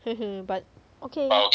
mmhmm but okay